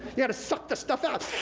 you gotta suck the stuff out.